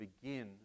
begin